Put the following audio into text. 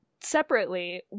Separately